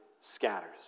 scatters